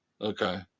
Okay